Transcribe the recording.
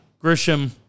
Grisham